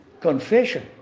Confession